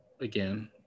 again